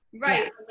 right